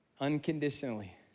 unconditionally